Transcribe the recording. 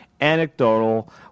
anecdotal